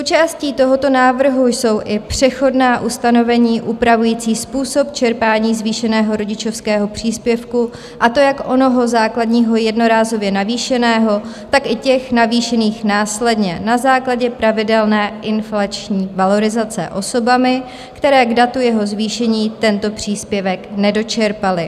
Součástí tohoto návrhu jsou i přechodná ustanovení upravující způsob čerpání zvýšeného rodičovského příspěvku, a to jak onoho základního jednorázově navýšeného, tak i těch navýšených následně na základě pravidelné inflační valorizace osobami, které k datu jeho zvýšení tento příspěvek nedočerpaly.